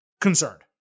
Concerned